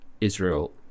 israel